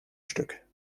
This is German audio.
stück